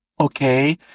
Okay